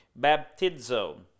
baptizo